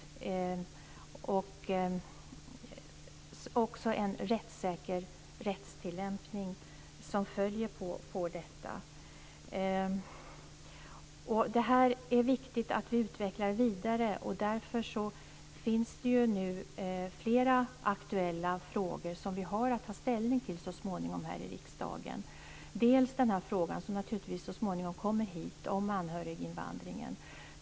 Det ska också följa en rättssäker rättstillämpning på detta. Det är viktigt att vi utvecklar det här vidare. Därför finns det nu flera aktuella frågor som vi har att ta ställning till så småningom här i riksdagen. Den här frågan om anhöriginvandringen kommer naturligtvis så småningom hit.